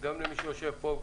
גם למי שיושב פה,